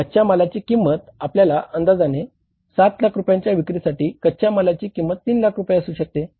कच्च्या मालाची किंमत आपल्या अंदाजाने 7 लाख रुपयांच्या विक्रीसाठी कच्च्या मालाची किंमत 3 लाख रुपये असू शकते